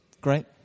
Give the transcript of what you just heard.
great